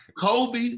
Kobe